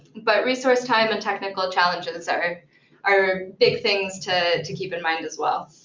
but resource time and technical challenges are are big things to to keep in mind as well.